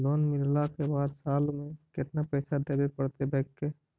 Loan मिलला के बाद साल में केतना पैसा देबे पड़तै बैक के?